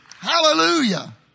Hallelujah